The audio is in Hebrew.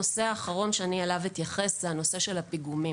הנושא האחרון שאתייחס אליו הוא נושא הפיגומים,